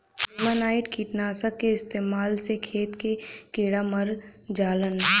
नेमानाइट कीटनाशक क इस्तेमाल से खेत के कीड़ा मर जालन